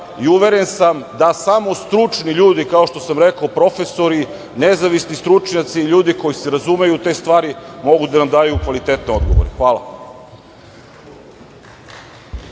i uveren sam da samo stručni ljudi, kao što sam rekao profesori, nezavisni stručnjaci, ljudi koji se razumeju u te stvari, mogu da nam daju kvalitetne odgovore. Hvala.